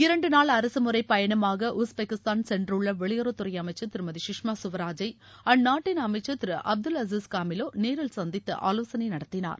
இரண்டு நாள் அரசுமுறை பயணமாக உஸ்பெக்கிஸ்தான் சென்றுள்ள வெளியுறவுத்துறை அமைச்சர் திருமதி சுஷ்மா ஸ்வராஜை அந்நாட்டின் அமைச்சர் திரு அப்துல் அஸிஸ் காமிலோ நேரில் சந்தித்து ஆலோசனை நடத்தினார்